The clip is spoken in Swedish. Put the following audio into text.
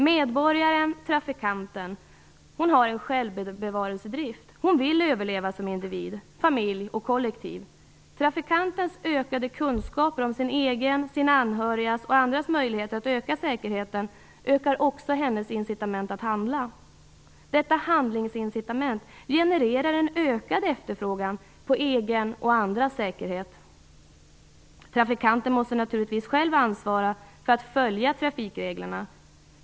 Medborgaren, trafikanten, har en självbevarelsedrift. Hon vill överleva som individ, familj och kollektiv. Trafikantens ökade kunskaper om sin egen, sina anhörigas och andras möjligheter att öka säkerheten ökar också hennes incitament att handla. Detta handlingsincitament genererar en ökad efterfrågan på egen och andras säkerhet. Trafikanten måste naturligtvis själv ansvara för att följa trafikreglerna.